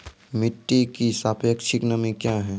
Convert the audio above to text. मिटी की सापेक्षिक नमी कया हैं?